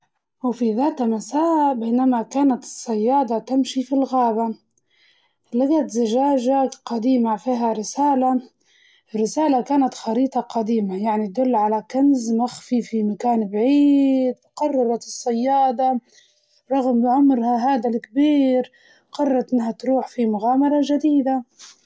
وفي ذات مساء بينما كانت الصيادة تمشي في الغابة لقت زجاجة قديمة فيها رسالة، الرسالة كانت خريطة قديمة يعني تدل على كنز مخفي في مكان بعيد وقررت الصيادة رغم عمرها هدا الكبير قررت إنها تروح في مغامرة جديدة.